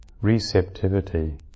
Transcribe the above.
receptivity